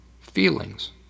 feelings